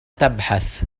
تبحث